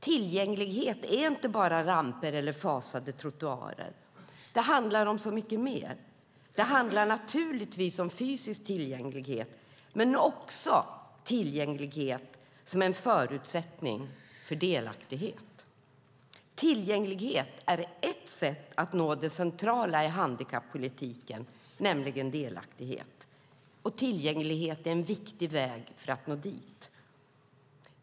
Tillgänglighet är inte bara ramper eller fasade trottoarer; det handlar om så mycket mer. Det handlar naturligtvis om fysisk tillgänglighet, men också om tillgänglighet som en förutsättning för delaktighet. Tillgänglighet är ett sätt att nå det centrala i handikappolitiken, nämligen delaktighet. Tillgänglighet är en viktig väg för att nå dit.